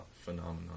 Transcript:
Phenomenon